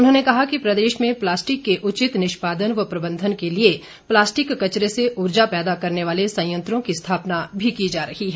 उन्होंने कहा कि प्रदेश में प्लास्टिक के उचित निष्पादन व प्रबंधन के लिए प्लास्टिक कचरे से उर्जा पैदा करने वाले संयंत्रों की स्थापना भी की जा रही है